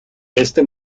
este